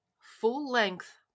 full-length